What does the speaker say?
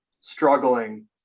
struggling